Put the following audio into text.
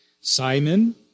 Simon